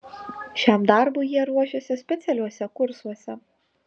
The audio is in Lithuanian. šiam darbui jie ruošiasi specialiuose kursuose